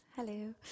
Hello